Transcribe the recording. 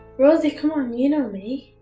rosie, come on! you know me.